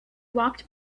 walked